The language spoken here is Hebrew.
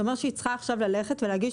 זה אומר שהיא צריכה עכשיו ללכת ולהגיש